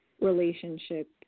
relationship